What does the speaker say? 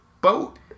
boat